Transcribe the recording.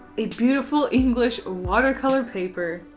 a beautiful english watercolor paper.